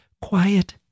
quiet